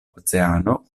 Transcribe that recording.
oceano